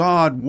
God